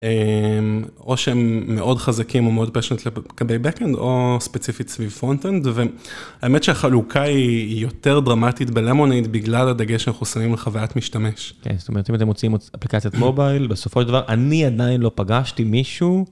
אמ... או שהם, מאוד חזקים ומאוד פשוט, לפ- ב- backend, או ספציפית סביב frontend, ו...האמת שהחלוקה היא יותר דרמטית בלמונייד בגלל הדגש שאנחנו שמים על חוויית משתמש. כן, זאת אומרת, אם אתם מוצאים מ-אפליקציית מובייל, בסופו של דבר, אני עדיין לא פגשתי מישהו...